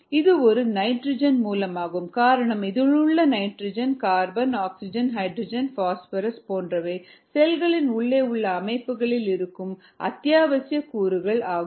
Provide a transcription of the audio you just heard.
இது ஒரு நைட்ரஜன் மூலமாகும் காரணம் இதிலுள்ள nitrogen carbon oxygen hydrogen phosphorus போன்றவை செல்களின் உள்ளே உள்ள அமைப்புகளில் இருக்கும் அத்தியாவசிய கூறுகள் ஆகும்